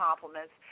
compliments